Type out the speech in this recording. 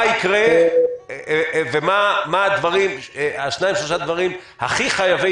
מה יקרה ומה השניים-שלושה דברים הכי חייבי